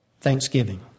thanksgiving